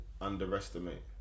underestimate